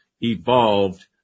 evolved